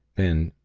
then,